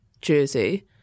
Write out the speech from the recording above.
jersey